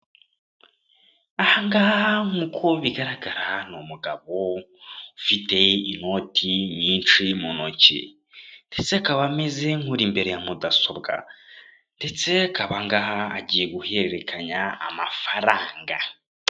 Aha ngaha nk'uko bigaragara, ni umugabo ufite inoti nyinshi mu ntoki, ndetse akaba ameze nk'uri imbere ya mudasobwa, ndetse akaba aha ngaha agiye guhererekanya amafaranga.